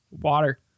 water